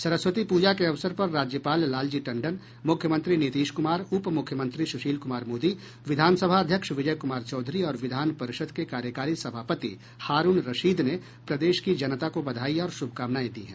सरस्वती पूजा के अवसर पर राज्यपाल लालजी टंडन मुख्यमंत्री नीतीश कुमार उप मुख्यमंत्री सुशील कुमार मोदी विधानसभा अध्यक्ष विजय कुमार चौधरी और विधान परिषद के कार्यकारी सभापति हारूण रशीद ने प्रदेश की जनता को बधाई और श्भकामनायें दी हैं